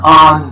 on